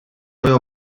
avevo